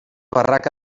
barraca